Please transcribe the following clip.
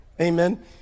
Amen